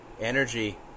energy